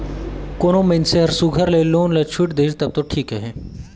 कोनो मइनसे हर सुग्घर ले लोन ल छुइट देहिस तब दो ठीक अहे